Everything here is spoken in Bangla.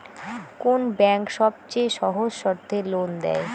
কোন ব্যাংক সবচেয়ে সহজ শর্তে লোন দেয়?